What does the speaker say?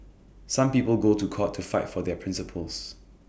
some people go to court to fight for their principles